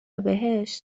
بهشت